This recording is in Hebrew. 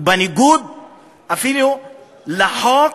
ואפילו בניגוד לחוק